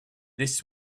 this